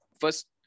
first